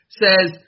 says